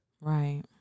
Right